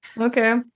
Okay